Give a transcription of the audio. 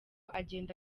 agenda